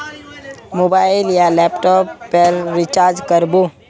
Mobile या laptop पेर recharge कर बो?